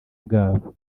bwabo